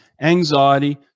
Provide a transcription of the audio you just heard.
anxiety